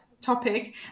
topic